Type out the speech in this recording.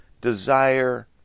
desire